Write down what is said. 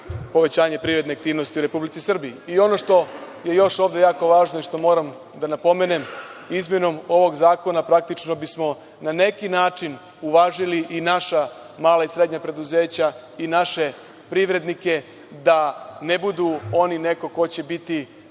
povećanje privredne aktivnosti u Republici Srbiji. Ono što je ovde još jako važno i što ovde moram da napomenem, izmenom ovog zakona praktično bismo na neki način uvažili i naša mala i srednja preduzeća i naše privrednike da ne budu oni neko ko će biti